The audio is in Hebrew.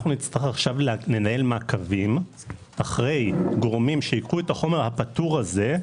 אנחנו נצטרך לנהל מעקבים אחרי גורמים שייקחו את החומר הפטור הזה,